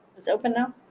it's open now?